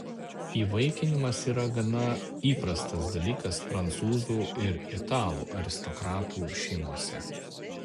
įvaikinimas yra gana įprastas dalykas prancūzų ir italų aristokratų šeimose